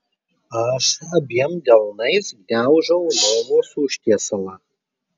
aš abiem delnais gniaužau lovos užtiesalą